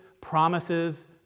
promises